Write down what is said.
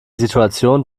situation